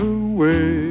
away